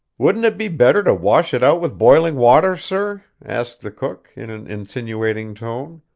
wouldn't it be better to wash it out with boiling water, sir? asked the cook, in an insinuating tone.